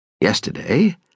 Yesterday